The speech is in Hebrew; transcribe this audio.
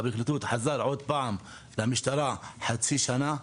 מהפרקליטות חזר שוב למשטרה למשך חצי שנה,